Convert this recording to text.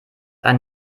ein